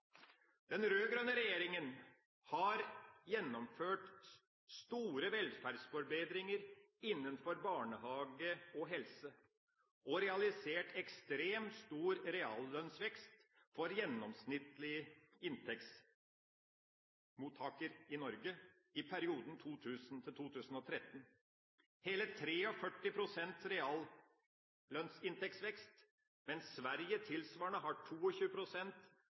Den rød-grønne regjeringa har gjennomført store velferdsforbedringer innenfor barnehage og helse og realisert ekstremt stor reallønnsvekst for gjennomsnittlige inntektsmottakere i Norge i perioden 2000–2013: hele 43 pst. inntektsvekst i reallønna. Sverige har tilsvarende